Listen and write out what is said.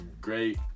great